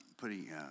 putting